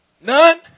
None